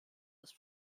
ist